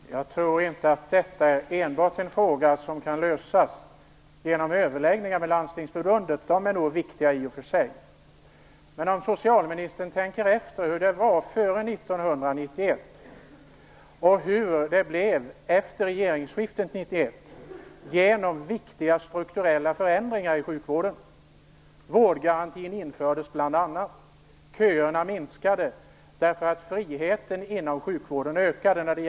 Fru talman! Jag tror inte att detta är enbart en fråga som kan lösas genom överläggningar med Landstingsförbundet, även om de nog är viktiga i och för sig. Men socialministern kan tänka efter hur det var före 1991 och hur det blev efter regeringsskiftet 1991 genom viktiga strukturella förändringar i sjukvården. Vårdgarantin infördes bl.a. och köerna minskade därför att friheten inom sjukvårdens strukturer ökade.